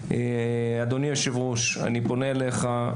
אדוני היושב ראש, אני פונה אליך,